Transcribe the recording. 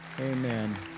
Amen